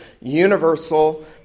universal